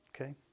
Okay